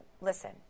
Listen